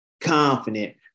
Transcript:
confident